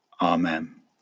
Amen